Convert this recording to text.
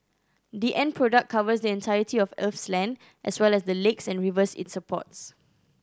the end product covers the entirety of Earth's land as well as the lakes and rivers it supports